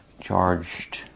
charged